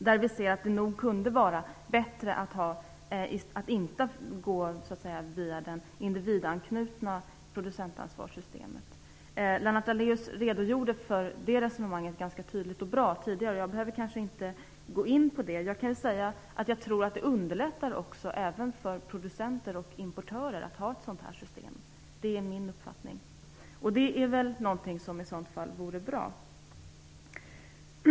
Där ser vi att det nog kunde vara bättre att inte gå via det individanknytna producentansvarssystemet. Lennart Daléus redogjorde ganska tydligt och bra för det resonemanget, så jag behöver kanske inte gå in på det. Jag kan bara säga att jag tror att ett sådant här system underlättar också för producenter och importörer. Det är min uppfattning. Det vore i så fall bra.